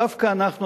דווקא אנחנו,